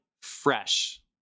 fresh